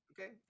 Okay